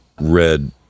red